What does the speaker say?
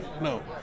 no